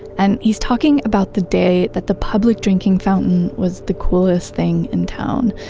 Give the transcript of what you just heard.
and he's talking about the day that the public drinking fountain was the coolest thing in town.